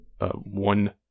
one